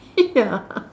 ya